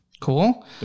Cool